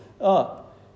up